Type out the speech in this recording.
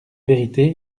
vérité